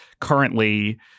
currently